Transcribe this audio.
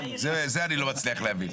זה אני לא מצליח להבין.